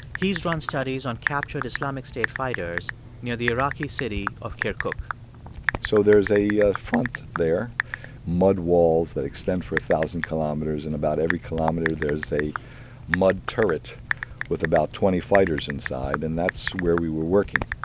he's drawn studies on captured islamic state fighters near the iraqi city of kirkuk so there's a a front there mud walls that extend for a thousand kilometers. and about every kilometer, there's a mud turret with about twenty fighters inside. and that's where we were working.